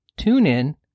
TuneIn